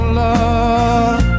love